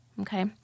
Okay